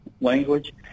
language